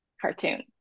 cartoon